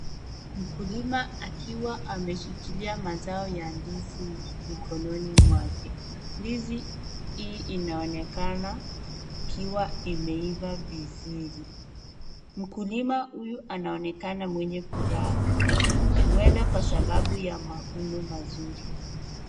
Mkulima akiwa ameshikilia mazao ya ndizi mikononi mwake. Ndizi hii inaonekana ikiwa imeiva vizuri, mkulima huyu anaonekana mwenye furaha huenda kwa sababu ya mavuno mazuri.